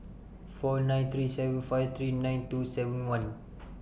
four nine three seven five three nine two seven one